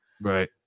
Right